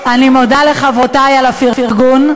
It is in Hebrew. אני מודה לחברותי על הפרגון,